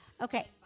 Okay